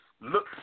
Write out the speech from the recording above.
look